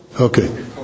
Okay